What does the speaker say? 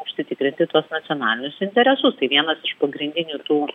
užsitikrinti tuos nacionalinius interesus tai vienas iš pagrindinių tų